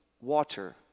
water